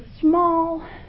small